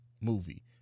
movie